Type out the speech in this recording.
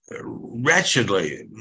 wretchedly